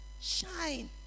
shine